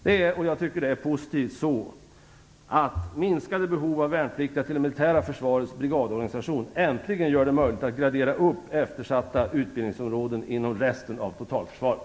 Jag tycker att det är positivt att minskade behov av värnpliktiga till det militära försvarets brigadorganisation äntligen gör det möjligt att uppgradera eftersatta utbildningsområden inom resten av totalförsvaret.